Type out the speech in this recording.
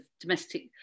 domestic